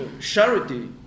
charity